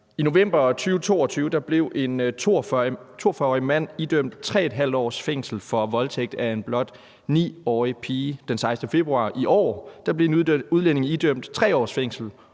I november 2022 blev en 42-årig mand idømt 3½ års fængsel for voldtægt af en blot 9-årig pige. Den 16. februar i år blev en udlænding idømt 3 års fængsel